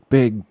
big